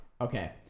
Okay